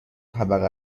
طبقه